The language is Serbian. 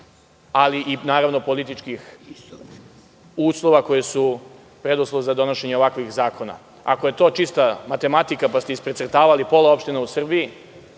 ali i političkih uslova koji su preduslov za donošenje ovakvih zakona. Ako je to čista matematika, pa ste precrtali pola opština u Srbiji,